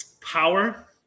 power